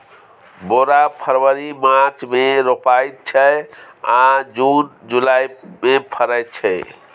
बोरा फरबरी मार्च मे रोपाइत छै आ जुन जुलाई मे फरय छै